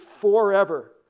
forever